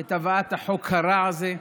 את הבאת החוק הרע הזה,